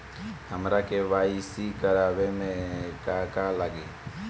हमरा के.वाइ.सी करबाबे के बा का का लागि?